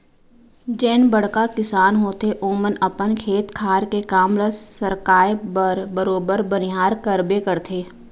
जेन बड़का किसान होथे ओमन अपन खेत खार के काम ल सरकाय बर बरोबर बनिहार करबे करथे